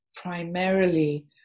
Primarily